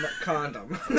condom